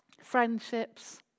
friendships